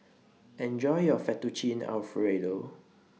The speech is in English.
Enjoy your Fettuccine Alfredo